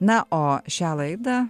na o šią laidą